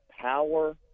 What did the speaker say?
power